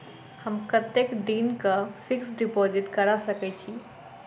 हम कतेक दिनक फिक्स्ड डिपोजिट करा सकैत छी?